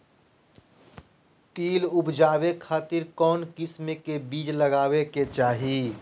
तिल उबजाबे खातिर कौन किस्म के बीज लगावे के चाही?